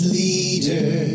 leader